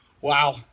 wow